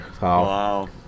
Wow